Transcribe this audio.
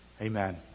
amen